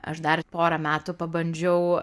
aš dar porą metų pabandžiau